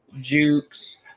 jukes